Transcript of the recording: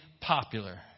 popular